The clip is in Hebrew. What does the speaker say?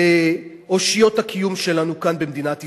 לאושיות הקיום שלנו כאן במדינת ישראל.